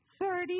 thirty